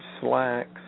slacks